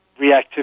reactivity